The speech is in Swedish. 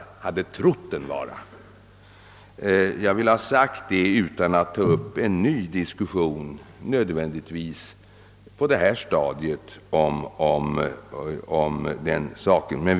Jag vill ha sagt det utan att ta upp en ny diskussion på detta stadium om den saken.